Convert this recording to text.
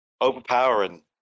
Overpowering